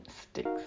sticks